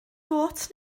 gôt